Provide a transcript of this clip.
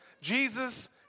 Jesus